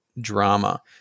drama